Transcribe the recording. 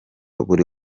buri